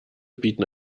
bieten